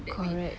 correct